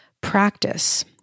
practice